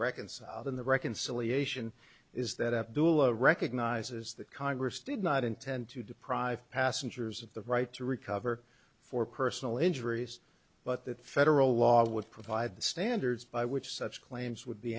reconciled in the reconciliation is that abdula recognizes that congress did not intend to deprive passengers of the right to recover for personal injuries but that federal law would provide the standards by which such claims would be